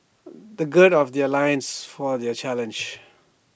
they gird of their loins for their challenge